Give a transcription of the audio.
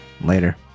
Later